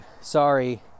Sorry